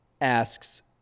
asks